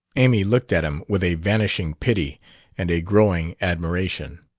amy looked at him with a vanishing pity and a growing admiration.